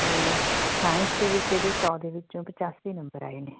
ਅਤੇ ਸਾਇੰਸ ਦੇ ਵਿੱਚ ਇਹਦੇ ਸੌ ਦੇ ਵਿੱਚੋਂ ਪਚਾਸੀ ਨੰਬਰ ਆਏ ਨੇ